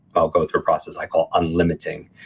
i'll go through a process i call un-limiting,